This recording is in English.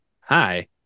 hi